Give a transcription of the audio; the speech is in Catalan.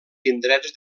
indrets